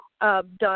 done